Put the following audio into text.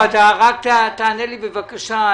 רק תענה לי בבקשה.